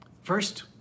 First